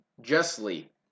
justly